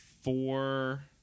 four